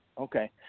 Okay